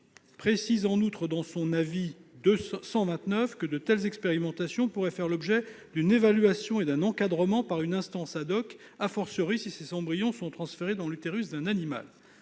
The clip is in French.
d'éthique précise en outre, dans son avis 129, que de telles expérimentations pourraient « faire l'objet d'une évaluation et d'un encadrement par une instance [...], si ces embryons sont transférés dans l'utérus d'un animal